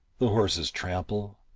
the horses trample,